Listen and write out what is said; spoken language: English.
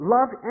Love